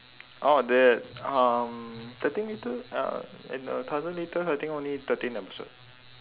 orh that um thirteen litre uh eh no thousand litre I think only thirteen episode